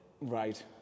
Right